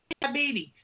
diabetes